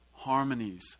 Harmonies